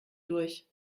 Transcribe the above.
durch